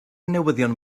newyddion